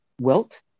wilt